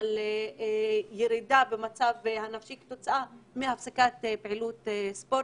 על ירידה במצב הנפשי כתוצאה מהפסקת פעילות ספורטיבית.